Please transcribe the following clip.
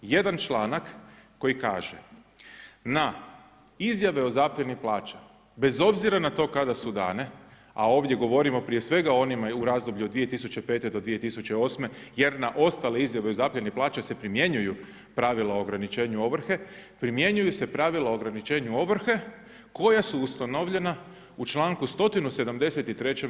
Jedan članak koji kaže na izjave o zapljeni plaća bez obzira na to kada su dane, a ovdje govorimo prije svega o onima u razdoblju od 2005. do 2008. jer na ostale izjave o zapljeni plaća se primjenjuju pravila o ograničenju ovrhe, primjenjuju se pravila o ograničenju ovrhe koja su ustanovljena u članku 173.